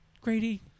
Grady